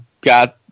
got